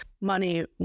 Money